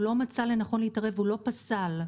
הוא לא מצא לנכון להתערב, הוא לא פסל.